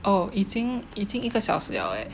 oh 一厅一厅一个小时了 eh